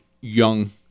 young